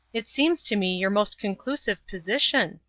it seems to me your most conclusive position.